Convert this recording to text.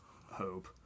hope